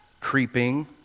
creeping